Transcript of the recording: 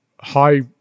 high